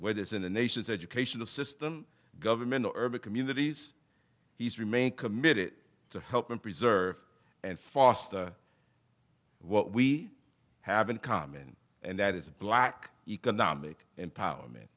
it's in the nation's educational system governmental urban communities he's remained committed to helping preserve and foster what we have in common and that is a black economic empowerment